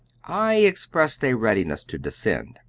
i expressed a readiness to descend.